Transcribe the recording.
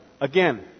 Again